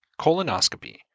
colonoscopy